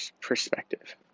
perspective